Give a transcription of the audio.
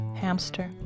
hamster